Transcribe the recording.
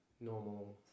normal